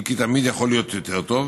אם כי תמיד יכול להיות יותר טוב,